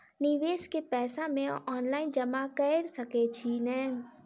निवेश केँ पैसा मे ऑनलाइन जमा कैर सकै छी नै?